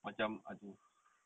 macam !aduh!